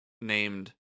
named